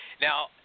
Now